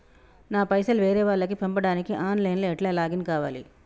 నా పైసల్ వేరే వాళ్లకి పంపడానికి ఆన్ లైన్ లా ఎట్ల లాగిన్ కావాలి?